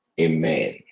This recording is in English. Amen